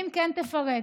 ואם כן, פרט.